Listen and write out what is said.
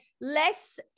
less